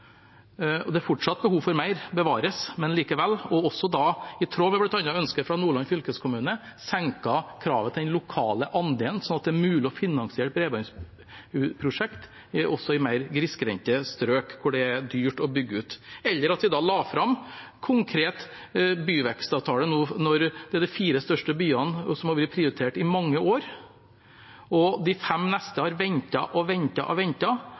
Det er fortsatt behov for mer, bevares, men likevel. Og i tråd med bl.a. ønsket fra Nordland fylkeskommune har vi senket kravet til den lokale andelen, sånn at det er mulig å finansiere bredbåndsprosjekter også i mer grisgrendte strøk, hvor det er dyrt å bygge ut. Og vi la fram en konkret byvekstavtale nå for de fire største byene, som har vært prioritert i mange år – og de fem neste har ventet og ventet og